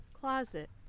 closet